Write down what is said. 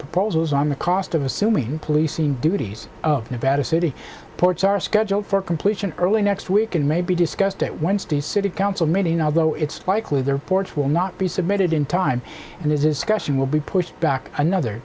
proposals on the cost of assuming policing duties of nevada city ports are scheduled for completion early next week and may be discussed at wednesday's city council meeting although it's likely the reports will not be submitted in time and is discussing will be pushed back another